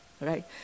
right